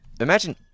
imagine